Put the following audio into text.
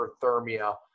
hyperthermia